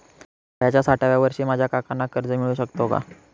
वयाच्या साठाव्या वर्षी माझ्या काकांना कर्ज मिळू शकतो का?